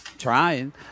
trying